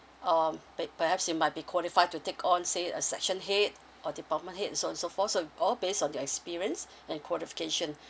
um per~ perhaps you might be qualified to take on say a section head or department head so and so forth so all based on your experience and qualification